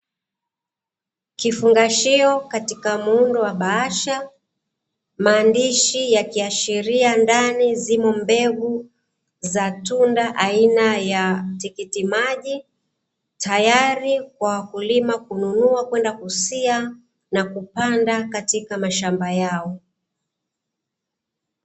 Kifungashio katika muundo wa bahasha, maandishi yakiashiria ndani zimo mbegu za tunda aina ya tikiti maji, tayari kwa wakulima kununua kwenda kusia na kupanda katika mashamba yao.